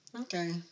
Okay